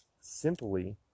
simply